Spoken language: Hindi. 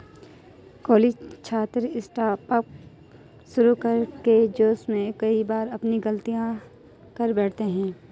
कॉलेज छात्र स्टार्टअप शुरू करने के जोश में कई बार गलतियां कर बैठते हैं